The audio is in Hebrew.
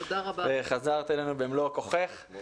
וחזרת אלינו במלוא כוחך.